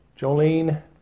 Jolene